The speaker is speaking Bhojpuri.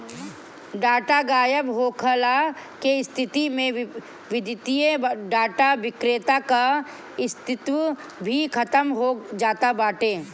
डाटा गायब होखला के स्थिति में वित्तीय डाटा विक्रेता कअ अस्तित्व भी खतम हो जात बाटे